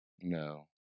No